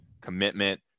commitment